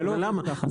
זה לא עובד ככה.